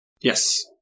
Yes